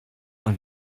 und